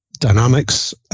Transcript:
dynamics